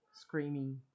screaming